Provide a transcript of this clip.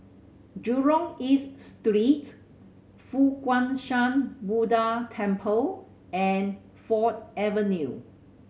Jurong East Street Fo Guang Shan Buddha Temple and Ford Avenue